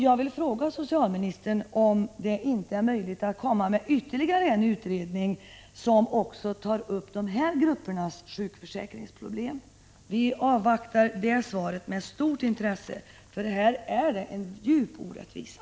Jag vill fråga socialministern om det inte är möjligt att tillsätta ytterligare en utredning som också tar upp dessa gruppers problem rörande sjukförsäkringen. Vi avvaktar det svaret med stort intresse, för här finns en djup orättvisa.